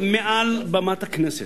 מעל במת הכנסת,